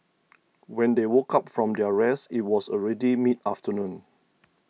when they woke up from their rest it was already mid afternoon